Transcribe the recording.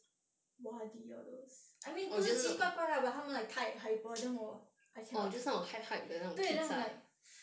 widely all those I mean 不是奇奇怪怪 lah but 他们 like 太 hyper then 我 I cannot 对那种 like